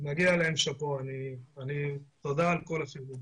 מגיע להם שאפו, תודה על כל הפרגון.